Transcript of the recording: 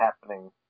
happening